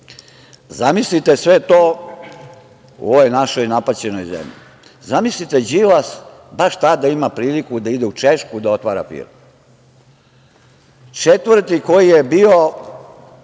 Zamislite sada sve to u ovoj našoj napaćenoj zemlji. Zamislite Đilas baš tada ima priliku da ide u Češku da otvara firme. Četvrti koji je bio,